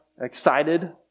excited